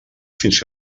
fins